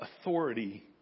authority